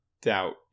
doubt